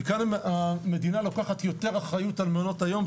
וכאן המדינה לוקחת יותר אחריות על מעונות היום,